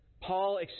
Paul